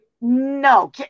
no